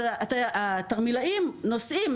אז התרמילאים נוסעים.